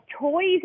toys